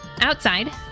Outside